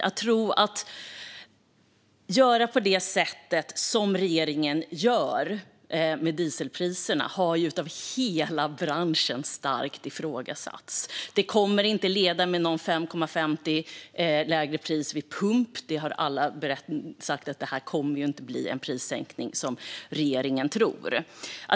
Att göra som regeringen gör med dieselpriserna har starkt ifrågasatts av hela branschen. Det kommer inte att leda till några 5,50 kronor i lägre pris vid pump. Alla har sagt att det inte kommer att bli någon sådan prissänkning som regeringen tror.